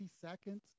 Seconds